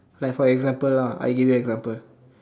like for example lah I give you example